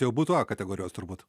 tai jau būtų a kategorijos turbūt